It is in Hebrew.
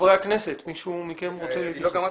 חברי הכנסת, מישהו מכם רוצה להתייחס?